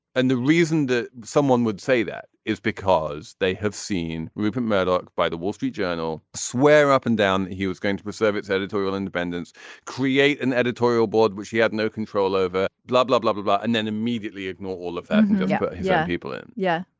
and the reason that someone would say that is because they have seen rupert murdoch by the wall street journal swear up and down that he was going to preserve its editorial independence create an editorial board which he had no control over blah blah blah blah blah. and then immediately ignore all of that yeah. people. yeah.